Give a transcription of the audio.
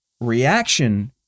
reaction